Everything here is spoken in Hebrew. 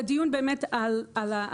(מציגה מצגת) הדיון הוא באמת על ה-PFAS,